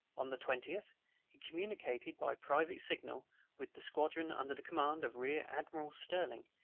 on the twentieth he communicated by private signal with the squadron under the command of rear-admiral stirling,